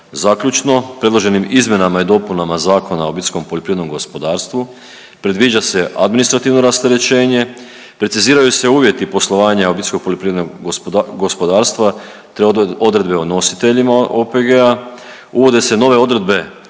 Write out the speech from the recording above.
Zaključno, predloženim izmjenama i dopunama Zakona o OPG-u predviđa se administrativno rasterećenje, preciziraju se uvjeti poslovanja OPG-a te odredbe o nositeljima OPG-a, uvode se nove odredbe